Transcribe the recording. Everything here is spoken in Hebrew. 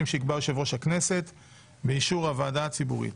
שיקבע יושב-ראש הכנסת באישור הוועדה הציבורית.